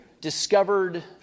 discovered